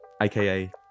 aka